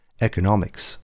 economics